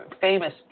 famous